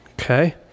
Okay